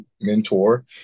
mentor